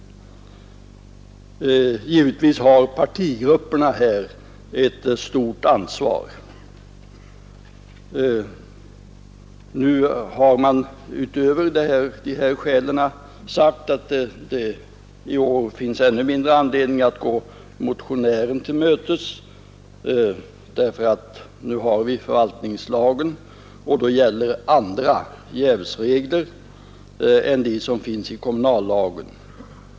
Givetvis har partigrupperna här ett stort ansvar. Nu har man utöver dessa skäl sagt att det i år finns ännu mindre anledning att gå motionären till mötes, eftersom vi har förvaltningslagen och enligt den andra jävsregler gäller än de som finns i kommunallagen.